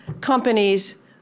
companies